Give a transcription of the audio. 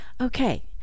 Okay